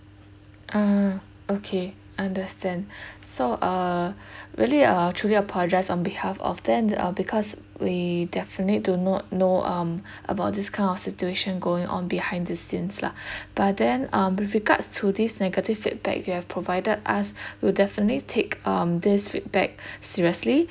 ah okay understand so uh really uh truly apologise on behalf of them uh because we definitely do not know um about this kind of situation going on behind the scenes lah but then um with regards to this negative feedback you have provided us we'll definitely take um this feedback seriously